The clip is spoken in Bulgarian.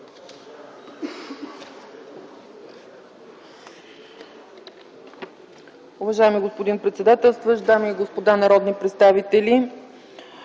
Уважаеми господин председателстващ, дами и господа народни представители!